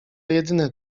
jedyny